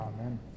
Amen